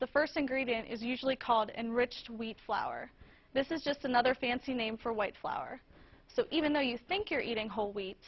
the first ingredient is usually called enriched wheat flour this is just another fancy name for white flour so even though you think you're eating whole wheat